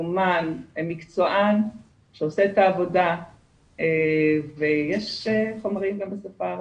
מיומן ומקצוען שעושה את העבודה ויש חומרים גם בשפה הערבית.